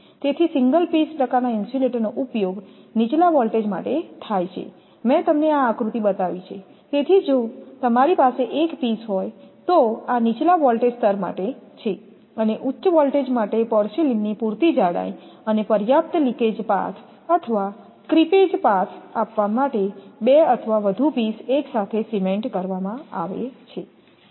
તેથી single piece પ્રકારનાં ઇન્સ્યુલેટરનો ઉપયોગ નીચલા વોલ્ટેજ માટે થાય છેમેં તમને આ આકૃતિ બતાવી છે તેથી જો તમારી પાસે એક પીસ હોય તો આ નીચલા વોલ્ટેજ સ્તર માટે છે અને ઉચ્ચ વોલ્ટેજ માટે પોર્સેલેઇનની પૂરતી જાડાઈ અને પર્યાપ્ત લિકેજ પાથ અથવા ક્રીપેજ પાથ આપવા માટે બે અથવા વધુ પીસ એકસાથે સિમેન્ટ કરવામાં આવે છે